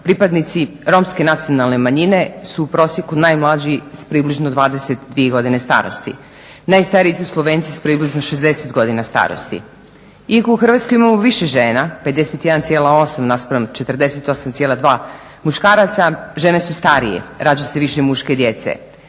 pripadnici Romske nacionalne manjine su u prosjeku najmlađi s približno 22 godine starosti. Najstariji su Slovenci s približno 60 godina starosti. Iako u Hrvatskoj imamo više žena 51,8% naspram 48,2% muškaraca žene su starije, rađa se više muške djece.